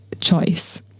choice